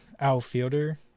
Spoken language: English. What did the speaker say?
outfielder